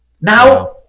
Now